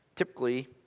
Typically